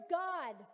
god